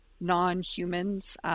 non-humans